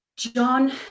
John